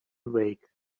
awake